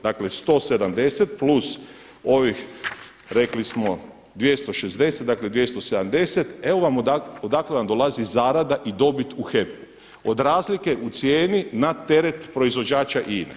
Dakle 170 + ovih rekli smo 260, dakle 270, evo vam odakle vam dolazi zarada i dobit u HEP-u, od razlike u cijeni na teret proizvođača INA-e.